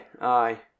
aye